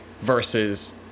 versus